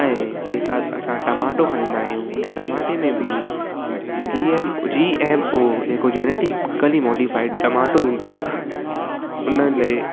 ऐं जेका असां टमाटो खाईंदा आहियूं हुन टमाटे में बि G M G M O जेको जैनेटिकली मोडिफाइड टमाटो ईंदो आहे उन लाइ